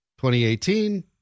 2018